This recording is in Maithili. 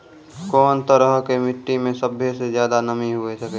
कोन तरहो के मट्टी मे सभ्भे से ज्यादे नमी हुये सकै छै?